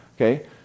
okay